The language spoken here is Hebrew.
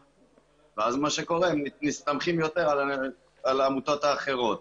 ואז מה שקורה זה שמסתמכים יותר על העמותות האחרות,